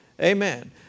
Amen